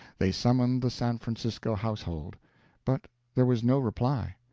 they summoned the san francisco household but there was no reply.